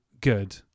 good